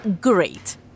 great